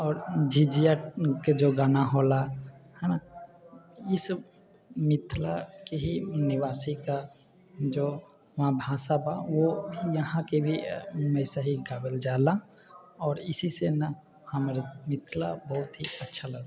आओर झिझियाके जे गाना होला हइ ने ईसब मिथिलाके ही निवासीका जे भाषा बा ओ भी यहाँके भी वइसे ही गाबल जाइला आओर इसीसे ने हमरा मिथिला बहुत ही अच्छा लगैता